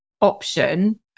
option